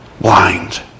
blind